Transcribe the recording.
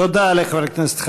תודה לחבר הכנסת חנין.